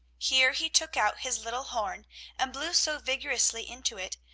here he took out his little horn and blew so vigorously into it,